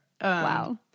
Wow